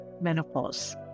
menopause